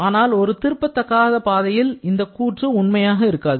ஆனால் ஒரு திருப்பத்தகாத பாதையில் இந்தக் கூற்று உண்மையாக இருக்காது